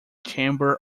chamber